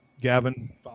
gavin